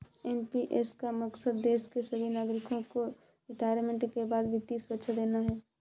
NPS का मकसद देश के सभी नागरिकों को रिटायरमेंट के बाद वित्तीय सुरक्षा देना है